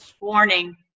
Warning